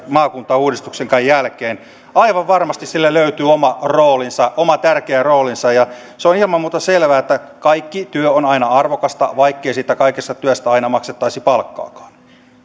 maakuntauudistuksen jälkeenkään aivan varmasti sille löytyy oma roolinsa oma tärkeä roolinsa se on ilman muuta selvää että kaikki työ on aina arvokasta vaikkei siitä kaikesta työstä aina maksettaisi palkkaakaan